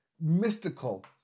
mystical